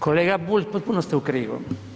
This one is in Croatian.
Kolega Bulj, potpuno ste u krivu.